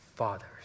Fathers